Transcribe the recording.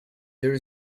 there